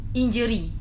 injury